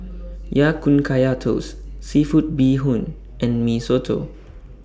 Ya Kun Kaya Toast Seafood Bee Hoon and Mee Soto